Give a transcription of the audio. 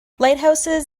lighthouses